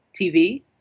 TV